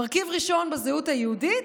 מרכיב ראשון בזהות היהודית,